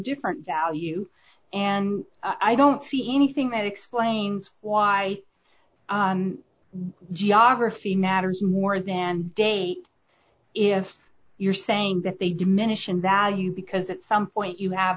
different value and i don't see anything that explains why geography matters more than date if you're saying that they diminish in value because at some point you have